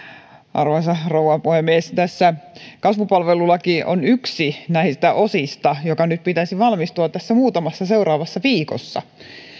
arvoisa rouva puhemies kasvupalvelulaki on yksi näistä osista jonka nyt pitäisi valmistua muutamassa seuraavassa viikossa